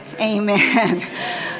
Amen